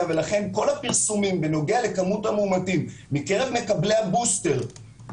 ולכן כל הפרסומים בנוגע למספר המאומתים מקרב מקבלי הבוסטר,